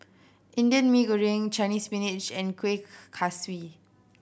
Indian Mee Goreng Chinese Spinach and Kuih Kaswi